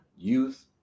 youth